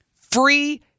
Free